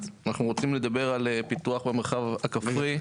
אנחנו רוצים לדבר על פיתוח במרחב הכפרי.